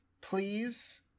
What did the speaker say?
Please